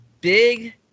big